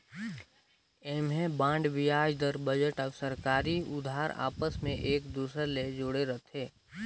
ऐम्हें बांड बियाज दर, बजट अउ सरकारी उधार आपस मे एक दूसर ले जुड़े रथे